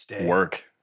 work